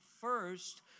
first